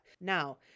Now